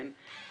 כן?